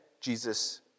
Jesus